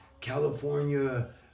California